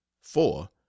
four